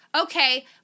okay